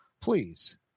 Please